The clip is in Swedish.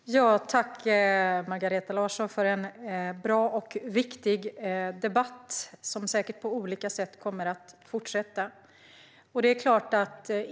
Fru talman! Tack, Margareta Larsson, för en bra och viktig debatt! Den kommer säkert att fortsätta på olika sätt.